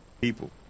people